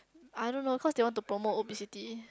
I don't know cause they want to promote obesity